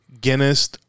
Guinness